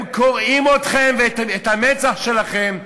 הם קוראים אתכם ואת המצח שלכם,